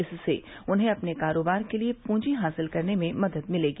इससे उन्हें अपने कारोबार के लिए पूंजी हासिल करने में मदद मिलेगी